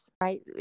right